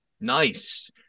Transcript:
Nice